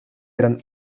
gran